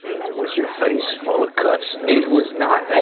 was your face full of cuts? it was not